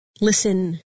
listen